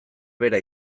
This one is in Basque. bera